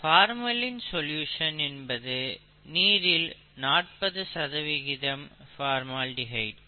formalin solution என்பது நீரில் 40 formaldehyde